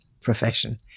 profession